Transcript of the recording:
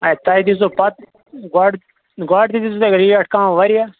ہے تۄہہِ دِژوٕ پَتہٕ گۄڈٕ گۄڈٕ تہِ دِژوٕ تۄہہِ ریٹ کم واریاہ